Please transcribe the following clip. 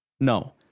No